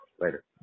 later